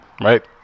right